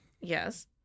Yes